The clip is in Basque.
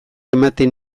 ematen